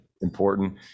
important